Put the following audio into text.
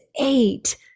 eight